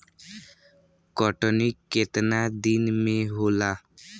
कटनी केतना दिन में होला?